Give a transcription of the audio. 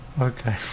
okay